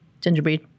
gingerbread